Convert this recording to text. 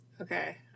Okay